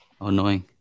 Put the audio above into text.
Annoying